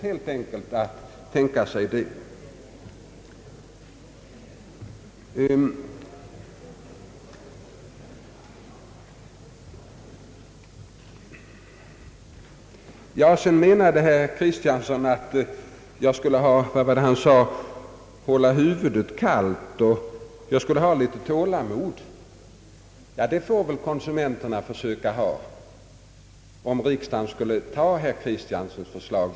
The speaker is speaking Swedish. Herr Kristiansson menade att jag skulle hålla huvudet kallt och att jag skulle ha litet tålamod. Ja, det får väl också konsumenterna försöka ha, om riksdagen skulle bifalla berr Kristianssons förslag.